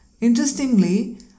Interestingly